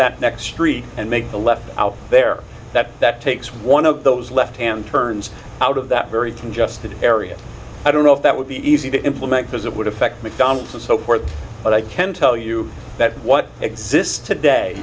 that next street and make a left out there that that takes one of those left hand turns out of that very congested area i don't know if that would be easy to implement because it would affect mcdonald's and so forth but i can tell you that what exists today